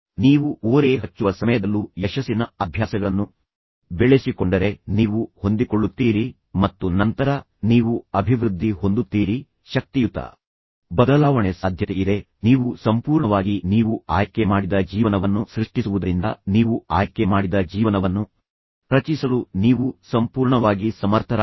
ನೀವು ಓರೇ ಹಚ್ಚುವ ಸಮಯದಲ್ಲೂ ಯಶಸ್ಸಿನ ಅಭ್ಯಾಸಗಳನ್ನು ಬೆಳೆಸಿಕೊಂಡರೆ ನೀವು ಹೊಂದಿಕೊಳ್ಳುತ್ತೀರಿ ಮತ್ತು ನಂತರ ನೀವು ಅಭಿವೃದ್ಧಿ ಹೊಂದುತ್ತೀರಿ ಶಕ್ತಿಯುತ ಬದಲಾವಣೆ ಸಾಧ್ಯತೆಯಿದೆ ನೀವು ಸಂಪೂರ್ಣವಾಗಿ ನೀವು ಆಯ್ಕೆ ಮಾಡಿದ ಜೀವನವನ್ನು ಸೃಷ್ಟಿಸುವುದರಿಂದ ನೀವು ಆಯ್ಕೆ ಮಾಡಿದ ಜೀವನವನ್ನು ರಚಿಸಲು ನೀವು ಸಂಪೂರ್ಣವಾಗಿ ಸಮರ್ಥರಾಗಿದ್ದೀರಿ